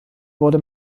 wurde